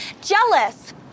jealous